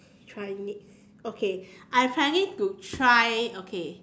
try next okay I planning to try okay